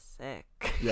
sick